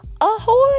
Ahoy